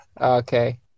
Okay